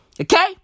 okay